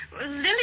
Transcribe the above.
Lily